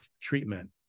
treatment